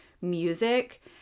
music